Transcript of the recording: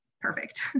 perfect